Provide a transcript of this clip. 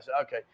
Okay